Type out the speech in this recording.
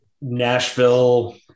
Nashville